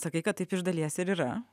sakai kad taip iš dalies ir yra